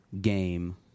game